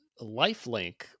lifelink